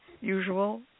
usual